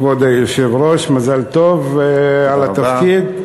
כבוד היושב-ראש, מזל טוב על התפקיד.